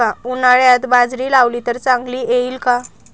उन्हाळ्यात बाजरी लावली तर चांगली येईल का?